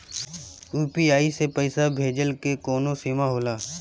UPI से पईसा भेजल के कौनो सीमा होला?